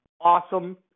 awesome